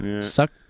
suck